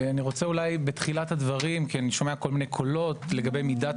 אני רוצה בתחילת הדברים כי אני שומע קולות לגבי מידת